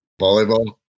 Volleyball